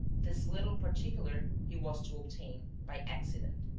this little particular he was to obtain by accident.